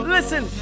Listen